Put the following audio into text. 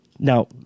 Now